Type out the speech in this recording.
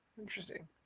Interesting